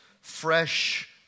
fresh